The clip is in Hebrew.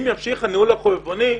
אם ימשיך הניהול החובבני הזה,